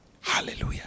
Hallelujah